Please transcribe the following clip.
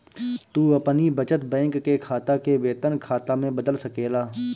तू अपनी बचत बैंक के खाता के वेतन खाता में बदल सकेला